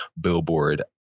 Billboard